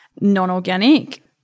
non-organic